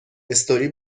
استوری